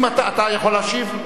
אתה יכול להשיב?